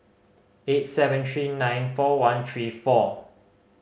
eight seven three nine four one three four